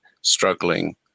struggling